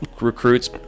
recruits